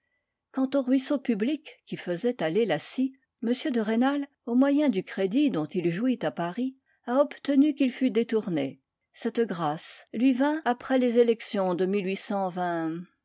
quant au ruisseau public qui faisait aller la scie m de rênal au moyen du crédit dont il jouit à paris a obtenu qu'il fût détourné cette grâce lui vint après les élections de